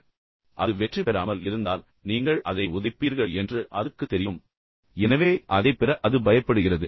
அது வேகமாக ஓடாமல் மற்றும் பந்தயத்தில் வெற்றி பெறாமல் இருந்தால் நீங்கள் அதை உதைப்பீர்கள் என்று அதுக்கு தெரியும் நீங்கள் உதைக்கப் போகிறீர்கள் எனவே அதைப் பெற அது பயப்படுகிறது